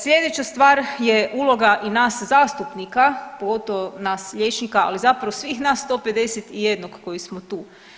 Sljedeća stvar je uloga i nas zastupnika, pogotovo nas liječnika, ali zapravo svih nas 151 koji smo tu.